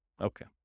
Okay